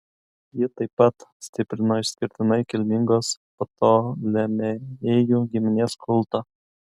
ji taip pat stiprino išskirtinai kilmingos ptolemėjų giminės kultą